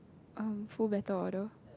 um full battle order